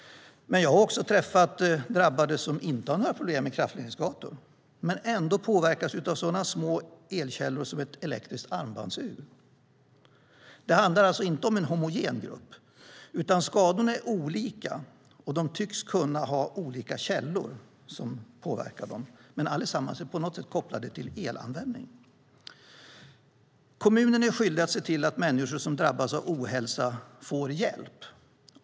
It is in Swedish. Jag har också träffat drabbade som inte har några problem med kraftledningsgator men ändå påverkas av så små elkällor som ett elektriskt armbandsur. Det handlar alltså inte om en homogen grupp, utan skadorna är olika, och de tycks kunna ha olika källor, men allesammans är på något sätt kopplade till elanvändning. Kommunen är skyldig att se till att människor som drabbas av ohälsa får hjälp.